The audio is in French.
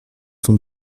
sont